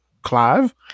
Clive